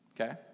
Okay